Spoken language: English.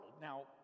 now